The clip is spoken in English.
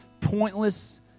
pointless